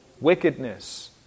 Wickedness